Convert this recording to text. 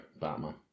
Batman